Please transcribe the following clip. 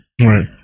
Right